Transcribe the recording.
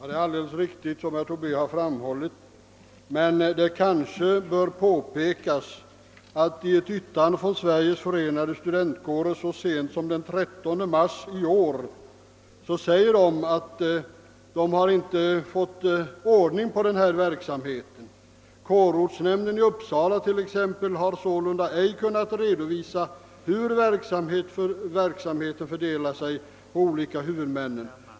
Herr talman! Det som herr Tobé har framhållit är alldeles riktigt, men det kanske bör påpekas att i ett yttrande från Sveriges förenade studentkårer så sent som den 30 mars i år sägs det, att de inte fått ordning på denna verksamhet. Kårortsnämnden i Uppsala t.ex. har sålunda ej kunnat redovisa hur verksamheten fördelar sig på de olika huvudmännen.